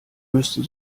müsste